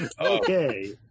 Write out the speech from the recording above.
okay